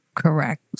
Correct